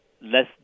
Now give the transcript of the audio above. less